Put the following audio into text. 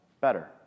better